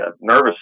nervous